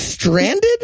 Stranded